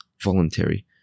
voluntary